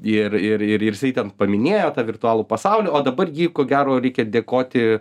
ir ir ir ir jisai ten paminėjo tą virtualų pasaulį o dabar jį ko gero reikia dėkoti